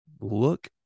look